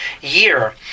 year